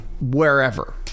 wherever